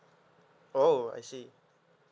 oh I see